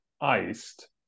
Iced